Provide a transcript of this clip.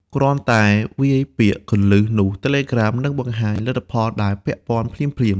គ្រាន់តែវាយពាក្យគន្លឹះ នោះ Telegram នឹងបង្ហាញលទ្ធផលដែលពាក់ព័ន្ធភ្លាមៗ។